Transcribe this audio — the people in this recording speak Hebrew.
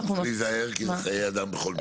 בכל מקרה צריך להיזהר כי זה חיי אדם.